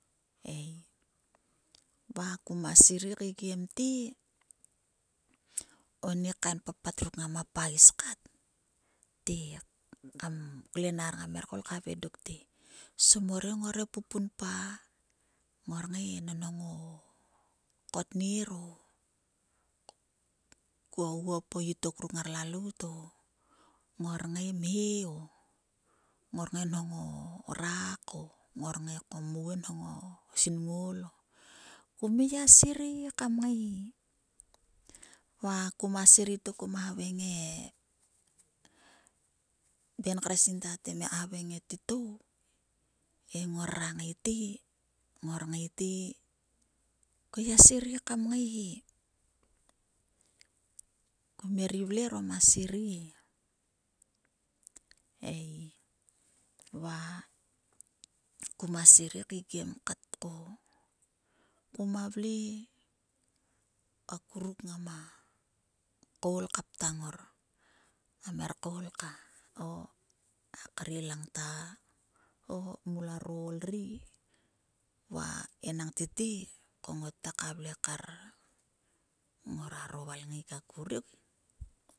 Ei. Va kuma sirei keikiem te oni kain papat ruk ngama pagis katt klenar ngam kat koul khavang dokte. kuma sirei keikiem ko ko tet kar ko nan mima mrot. mimla kiengai mang ngor mheva krong dlo ihou dorukkaen min te o a ihou a tgang o mima veng e ben kre sinta kmemik ogu he kum ngai serei mang e inou kre titou. Kuma sirei keikieminko minta vle vop mintla yor vop. va ngimtua btuturang ngar pum ngor les. Oni vnek o yayor nngia kun mnam nginaro reha ruk ngoma ngai kam lol o papat. E imou nam smia ngai kturang ngor he kum ngai gia sirei. Kuma sirei mang e inou kre titou ko mnam mina nho to kuo mang ngor. Mina moturang to kuo mang ngor kum ngai gia sirei mang ei. Va kuma sirei keikeim te oni kain papat ruk ngama pagis katit klenar ngam kat koul khavaing dokte. Somor he ngor ngai pupunpa! Ngor ngai nonhong o knir o, oguo po itok ruk ngar lalout o, o ngor ngai mhe o. ngor ngai nho o rak o ngor ngai ko mou he nho o khum ngai he. Va kuma sirei te kuma havaing e ben kre sinta te miak havaing e titou he ngora ngai te ngor ngai te ko ngai gia sirei kam ngai he. Kum her gi vle orom a sirei he ei. Va koma sirei keikien katko koma vle akuruk ngama koul ka ptang ngor. Ngam her koul ka o a kre langta. o muraro oll ri. Va enang tete ko ngote kar ngoraro valngaik a kuri.